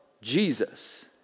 Jesus